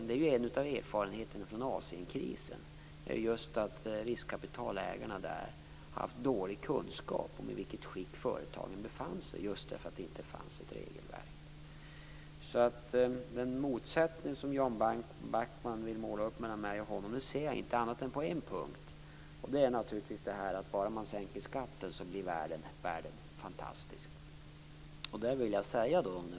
Det är en av erfarenheterna från Asienkrisen just att riskkapitalägarna där haft dålig kunskap om i vilket skick företagen befann sig just därför att det inte fanns något regelverk. Den motsättning som Jan Backman vill måla upp mellan mig och sig ser jag inte, annat än på en punkt, nämligen att bara man sänker skatten så blir världen fantastisk.